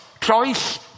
Choice